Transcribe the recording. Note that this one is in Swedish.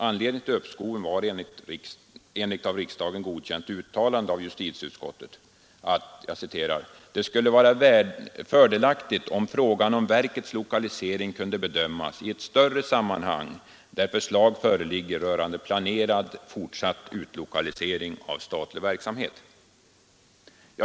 Anledningen till uppskoven var enligt av riksdagen godkänt uttalande av justitieutskottet ”att det skulle vara fördelaktigt om frågan om verkets lokalisering kunde bedömas i ett större sammanhang, där förslag föreligger rörande planerad, fortsatt utlokalisering av statlig verksamhet”.